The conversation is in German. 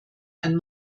ein